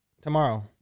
Tomorrow